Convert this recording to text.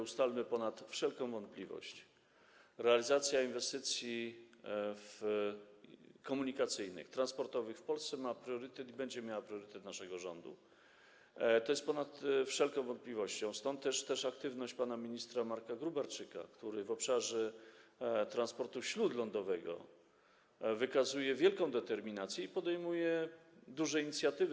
Ustalmy ponad wszelką wątpliwość, że realizacja inwestycji komunikacyjnych, transportowych w Polsce ma priorytet i będzie miała priorytet w naszym rządzie, to jest ponad wszelką wątpliwość, stąd też aktywność pana ministra Marka Gróbarczyka, który w obszarze transportu śródlądowego wykazuje wielką determinację i podejmuje duże inicjatywy.